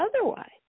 otherwise